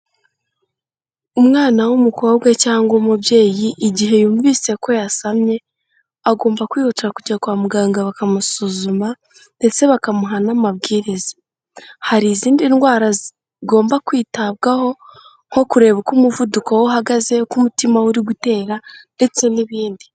Umwana w'umukobwa cyangwa umubyeyi igihe yumvise ko yasamye, agomba kwihutira kujya kwa muganga bakamusuzuma ndetse bakamuha n'amabwiriza. Hari izindi ndwara zigomba kwitabwaho nko kureba uko umuvuduko we uhagaze, uko umutima we uri gutera ndetse n'ibindi.